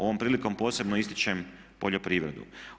Ovom prilikom posebnom ističem poljoprivredu.